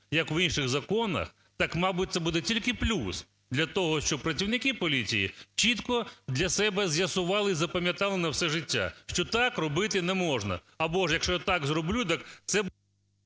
як в інших законах, так, мабуть, це буде тільки плюс для того, щоб працівники поліції чітко для себе з'ясували і запам'ятали на все життя, що так робити не можна, або якщо я так зроблю, це…